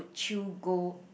would you go